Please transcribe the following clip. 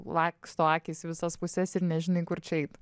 laksto akys į visas puses ir nežinai kur čia eit